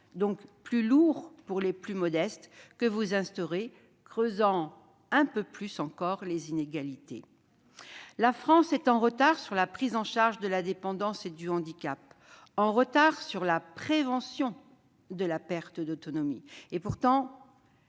donc plus lourd pour les plus modestes. Ainsi, vous creusez un peu plus encore les inégalités. La France est en retard dans la prise en charge de la dépendance et du handicap ; en retard sur la prévention de la perte d'autonomie. Pourtant,